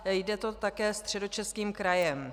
Jde to také Středočeským krajem.